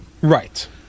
Right